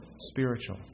spiritual